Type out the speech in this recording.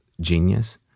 genius